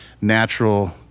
natural